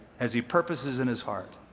as he purposes in his heart.